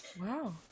Wow